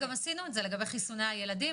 עשינו את זה לגבי חיסוני הילדים.